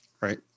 right